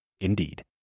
indeed